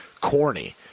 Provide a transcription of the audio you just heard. corny